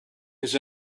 his